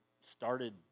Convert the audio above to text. started